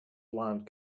blond